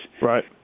Right